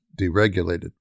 deregulated